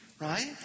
right